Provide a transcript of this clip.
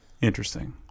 Interesting